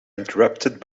interrupted